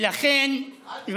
ולכן, אל תבנה על זה.